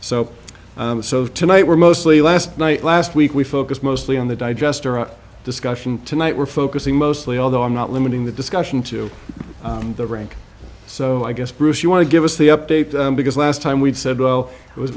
storage so tonight we're mostly last night last week we focused mostly on the digester our discussion tonight we're focusing mostly although i'm not limiting the discussion to the rink so i guess bruce you want to give us the update because last time we'd said well it was